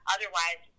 Otherwise